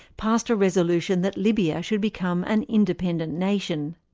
passed a resolution that libya should become an independent nation.